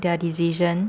their decision